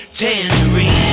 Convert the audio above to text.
tangerine